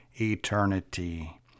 eternity